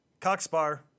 Coxbar